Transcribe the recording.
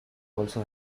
also